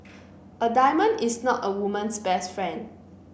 a diamond is not a woman's best friend